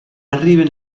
arriben